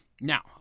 Now